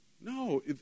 No